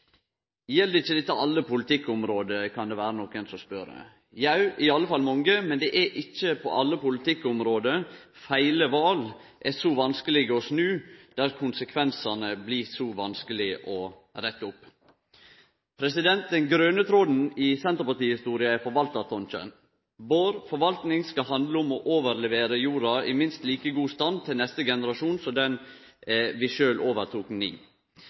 Gjeld ikkje dette alle politiske område? Jau, i alle fall mange, men det er ikkje på alle politikkområde at feil val er så vanskelege å snu, at konsekvensane blir så vanskelege å rette opp. Den grøne tråden gjennom senterpartihistoria er forvaltartanken: Vår forvalting skal handle om å overlevere jorda i minst like god stand til neste generasjon som vi sjølve overtok